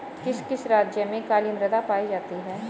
किस किस राज्य में काली मृदा पाई जाती है?